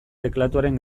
teklatuaren